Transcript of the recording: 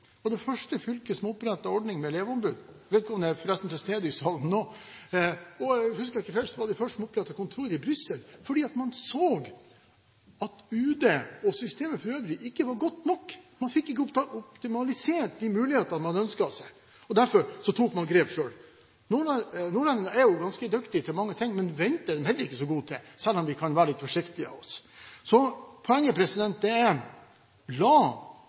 og det første fylket som opprettet ordningen med elevombud – vedkommende er forresten til stede i salen nå. Husker jeg ikke feil, var de først med å opprette kontor i Brussel, fordi man så at UD og systemet for øvrig ikke var godt nok – man fikk ikke optimalisert de mulighetene man ønsket seg. Derfor tok man grep selv. Nordlendingene er ganske dyktige til mange ting, men venting er vi ikke så gode til, selv om vi kan være litt forsiktige av oss. Poenget er: La befolkningen i nord ta del i de mulighetene som ligger der. Ved å la nordlendingene ta del er